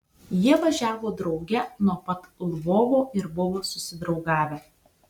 jie važiavo drauge nuo pat lvovo ir buvo susidraugavę